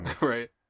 right